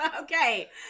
Okay